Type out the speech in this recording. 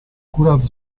curato